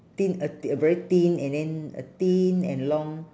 thin a th~ a very thin and then a thin and long